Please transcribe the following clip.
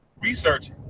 research